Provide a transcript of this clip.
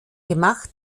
gemacht